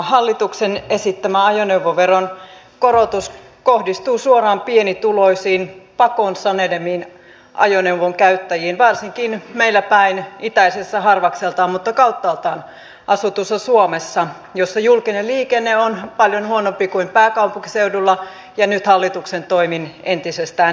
hallituksen esittämä ajoneuvoveron korotus kohdistuu suoraan pienituloisiin ajoneuvoa pakon sanelemina käyttäviin varsinkin meillä päin itäisessä harvakseltaan mutta kauttaaltaan asutussa suomessa jossa julkinen liikenne on paljon huonompi kuin pääkaupunkiseudulla ja nyt hallituksen toimin entisestään heikentyy